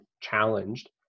challenged